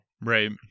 right